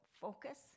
focus